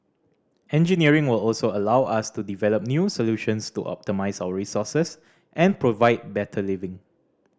engineering will also allow us to develop new solutions to optimise our resources and provide better living